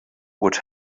would